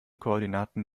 koordinaten